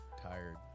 tired